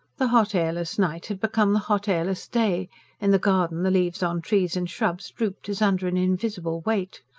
the hot airless night had become the hot airless day in the garden the leaves on trees and shrubs drooped as under an invisible weight.